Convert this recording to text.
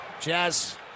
Jazz